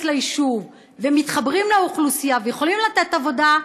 ליישוב והם מתחברים לאוכלוסייה ויכולים לתת עבודה,